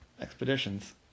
expeditions